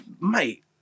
mate